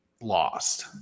lost